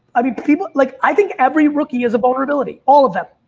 i mean people like, i think every rookie is a vulnerability. all of them.